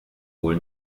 wohl